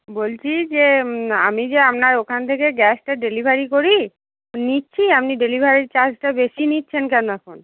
বলছি যে আমি যে আপনার ওখান থেকে গ্যাসটা ডেলিভারি করি নিচ্ছি আপনি ডেলিভারি চার্জটা বেশি নিচ্ছেন কেন খন